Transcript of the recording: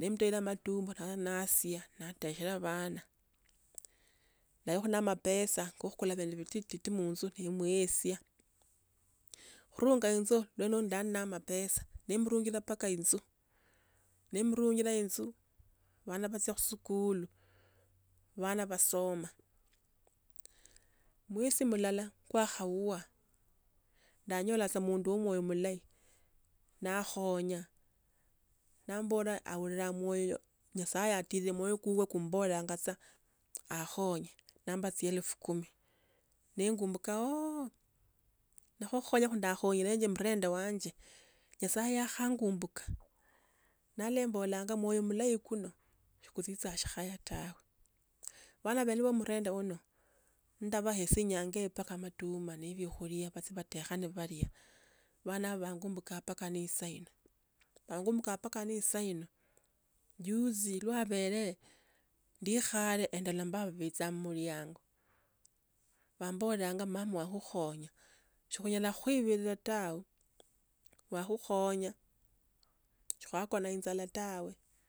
nemtayilq matuma nasia, nateshera vana. Nawekho na mapesa kukhukula evindu vititi ti mutsu nemwelisia. Khurunga itsa lwenolo nali namapesa nemurunjila boka itsu, nemurunjila itsa vana vatya khusukula vana va soma. Mwesi mulala, kwa hauwa, ndamyola sa mundu omwe omulayi ,nakhonya nambola awuriraa mwoyo nyasaye atire kwiwe kumborqnga tsa akhonye, namba tsielfu kumi. Nengumbuka oooh nikho okwukhonga ka na lwembolanga omwoyo shikutsitsanga shikhaya tawe vana vene vo murenda uno lundavelesia inyanga eyo baka matuma nenyakhulia nivatsiya nivatekha nivalia vanaro vangumbuka mbakq ne sayino juzi lwavele ndikhale endola mbovo vetsa muliango vamboriranga mama wakhukhonya shikhunyela khukhuwivirira tawe wakhukhonya shikwakona itsala tawe.